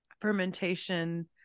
fermentation